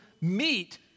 meet